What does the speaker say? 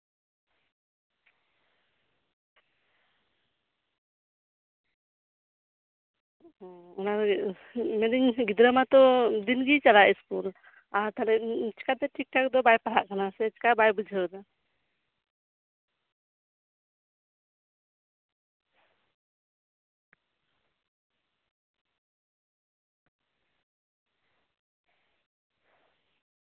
ᱦᱮᱸ ᱢᱮᱱᱫᱤᱧ ᱜᱤᱫᱽᱨᱟᱹ ᱢᱟᱛᱚ ᱫᱤᱱᱜᱮᱭ ᱪᱟᱞᱟᱜ ᱤᱥᱠᱩᱞ ᱟᱨ ᱛᱟᱞᱦᱮ ᱪᱮᱠᱟᱛᱮ ᱴᱷᱤᱠᱼᱴᱷᱟᱠ ᱫᱚ ᱵᱟᱭ ᱯᱟᱲᱦᱟᱜ ᱠᱟᱱᱟ ᱪᱮᱠᱟ ᱵᱟᱭ ᱵᱩᱡᱷᱟᱹᱣᱫᱟ